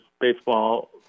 baseball